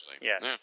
Yes